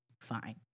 fine